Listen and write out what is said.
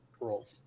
roll